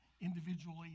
individually